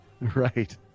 Right